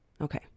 Okay